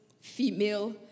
female